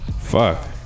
Fuck